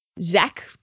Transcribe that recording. Zach